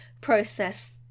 process